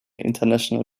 international